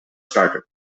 starter